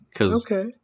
Okay